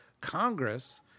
Congress